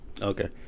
Okay